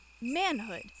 manhood